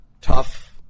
tough